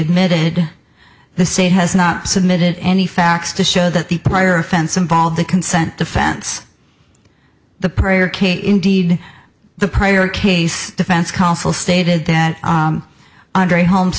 admitted the state has not submitted any facts to show that the prior offense involved the consent defense the prayer k indeed the prior case defense counsel stated that andrea holmes